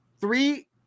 Three